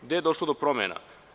Gde je došlo do promena?